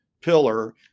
pillar